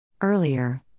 Earlier